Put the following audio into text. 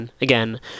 Again